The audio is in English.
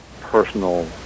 personal